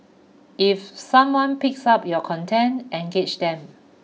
if someone picks up your content engage them